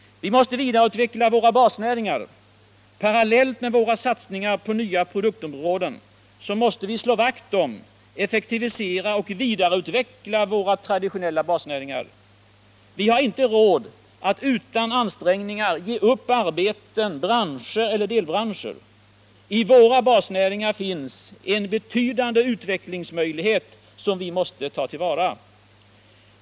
Vi måste vidareutveckla våra basnäringar. Parallellt med våra satsningar på nya produktområden måste vi slå vakt om, effektivisera och vidareutveckla våra traditionella basnäringar. Vi har inte råd att utan ansträngningar ge upp arbeten, branscher eller delbranscher. I våra basnäringar finns en betydande utvecklingsmöjlighet som vi måste ta till vara.